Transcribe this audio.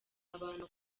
abantu